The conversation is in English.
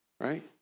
Right